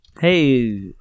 Hey